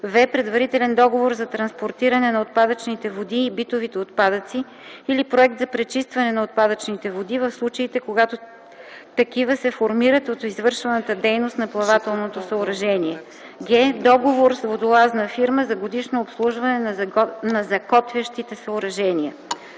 в) предварителен договор за транспортиране на отпадъчните води и битовите отпадъци или проект за пречистване на отпадъчните води - в случаите, когато такива се формират от извършваната дейност на плавателното съоръжение; г) договор с водолазна фирма за годишно обслужване на закотвящите съоръжения.